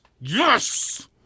Yes